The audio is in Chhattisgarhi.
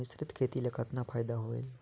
मिश्रीत खेती ल कतना फायदा होयल?